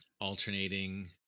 alternating